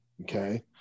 okay